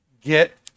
Get